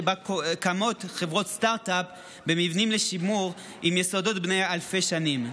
שבה קמות חברות סטרטאפ במבנים לשימור עם יסודות בני אלפי שנים.